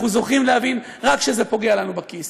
אנחנו זוכים להבין רק כשזה פוגע לנו בכיס.